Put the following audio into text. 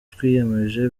twiyemeje